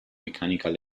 mechanical